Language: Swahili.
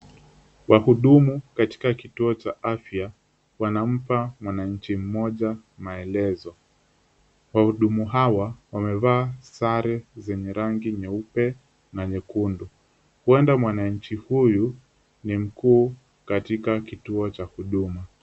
Wahudumu katika kituo cha afya wanampa mwananchi mmoja maelezo. Wahudumu hawa wamevaa sare zenye rangi nyeupe na nyekundu. Huenda mwananchi huyu ni mkuu katika kituo cha huduma.